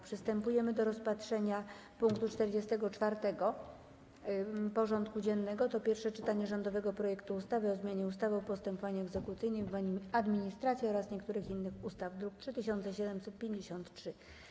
Przystępujemy do rozpatrzenia punktu 44. porządku dziennego: Pierwsze czytanie rządowego projektu ustawy o zmianie ustawy o postępowaniu egzekucyjnym w administracji oraz niektórych innych ustaw (druk nr 3753)